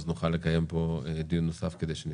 נוכל לקיים פה דיון נוסף כדי שנתקדם.